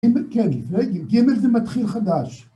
כן, ג' זה מתחיל חדש.